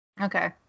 okay